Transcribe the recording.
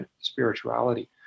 spirituality